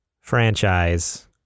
franchise